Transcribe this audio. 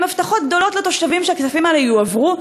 הבטחות גדולות לתושבים שהכספים האלה יועברו,